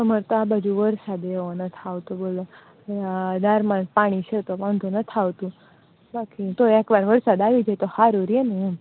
અમાર તો આ બાજુ વરસાદ એવો નથી આવતો બોલો આ દારમાં પાણી છે તો વાંધો નથી આવતો બાકી તોય એકવાર વરસાદ આવી જાય તો સારું રહેને એમ